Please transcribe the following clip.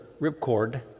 ripcord